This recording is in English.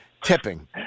Tipping